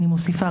אני מוסיפה,